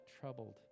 troubled